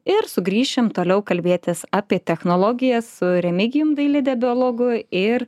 ir sugrįšim toliau kalbėtis apie technologijas su remigijum dailide biologu ir